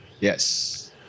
Yes